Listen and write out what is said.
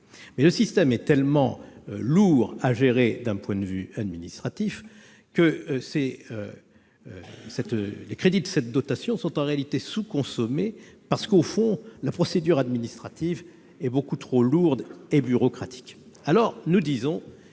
Mais le système est tellement lourd à gérer d'un point de vue administratif que les crédits de la dotation sont en réalité sous-consommés ; au fond, la procédure administrative est beaucoup trop lourde et bureaucratique. À nos yeux,